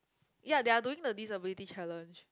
ya they're doing the disability challenge